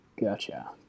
gotcha